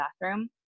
bathroom